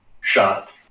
shot